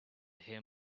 hear